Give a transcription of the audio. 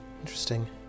Interesting